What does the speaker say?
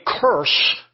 curse